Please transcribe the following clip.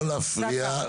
לא להפריע ליוליה.